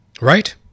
Right